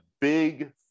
big